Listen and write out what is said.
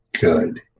good